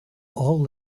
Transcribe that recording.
all